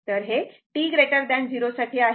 तर हे t 0 साठी आहे